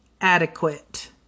adequate